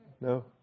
No